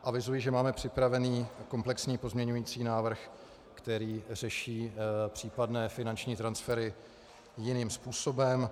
Avizuji, že máme připravený komplexní pozměňující návrh, který řeší případné finanční transfery jiným způsobem.